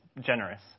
generous